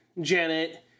Janet